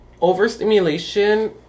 overstimulation